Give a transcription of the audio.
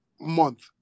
month